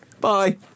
bye